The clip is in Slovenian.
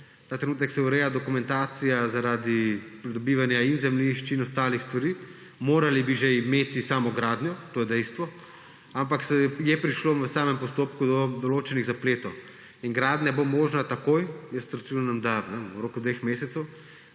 ta trenutek se ureja dokumentacija zaradi pridobivanja in zemljišč in ostalih stvari. Morali bi že imeti samo gradnjo, to je dejstvo, ampak je prišlo v samem postopku do določenih zapletov. In gradnja bo možna takoj, jaz računam, da v roku dveh mesecev